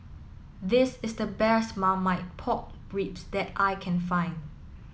this is the best Marmite Pork Ribs that I can find